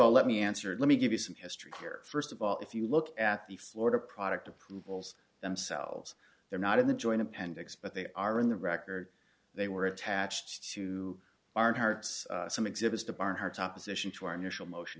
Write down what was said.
all let me answer let me give you some history here first of all if you look at the florida product approvals themselves they're not in the joint appendix but they are in the record they were attached to our hearts some exhibits the barn her top position to our initial motion